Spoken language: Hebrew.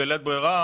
בלית ברירה